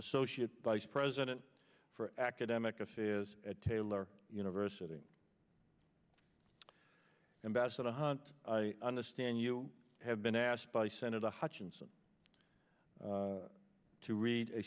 associate vice president for academic affairs at taylor university and best of the hunt i understand you have been asked by senator hutchinson to read a